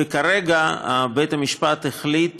וכרגע בית-המשפט החליט